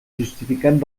justificant